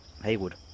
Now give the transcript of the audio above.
Haywood